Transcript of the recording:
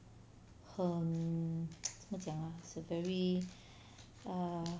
很怎么讲 ah it's a very err